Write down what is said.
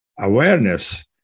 Awareness